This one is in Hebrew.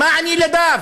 למען ילדיו.